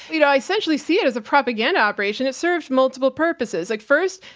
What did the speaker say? you know, i essentially see it as a propaganda operation. it serves multiple purposes. like first,